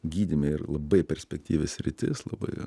gydyme ir labai perspektyvi sritis labai